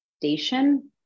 station